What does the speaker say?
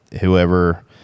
whoever